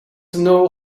know